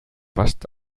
bust